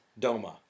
Doma